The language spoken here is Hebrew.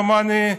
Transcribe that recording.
דומני,